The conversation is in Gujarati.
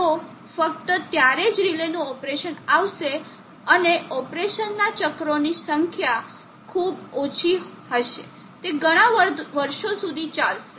તો ફક્ત ત્યારે જ રિલેનું ઓપરેશન આવશે અને ઓપરેશનના ચક્રોની સંખ્યા ખૂબ ઓછી હશે તે ઘણા વર્ષો સુધી ચાલશે